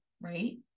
right